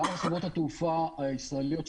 גם חברות התעופה הישראליות,